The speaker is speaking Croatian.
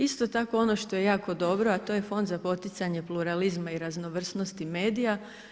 Isto tako ono što je jako dobro, a to je Fond za poticanje pluralizma i raznovrsnosti medija.